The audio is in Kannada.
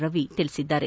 ರವಿ ತಿಳಿಸಿದ್ದಾರೆ